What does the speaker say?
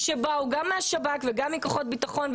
כשבאו נציגים גם מהשב"כ וגם מכוחות הביטחון,